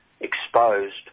exposed